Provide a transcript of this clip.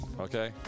okay